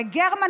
וגרמן,